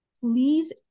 please